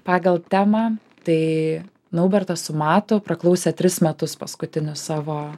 pagal temą tai naubertas su matu praklausė tris metus paskutinius savo